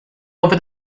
over